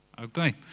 Okay